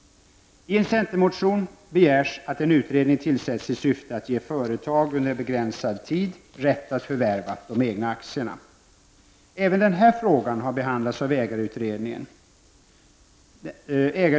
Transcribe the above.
I en centermotion begärs att en utredning tillsätts i syfte att ge företag under en begränsad tid rätt att förvärva de egna aktierna. Även denna fråga har behandlats av ägarutredningen.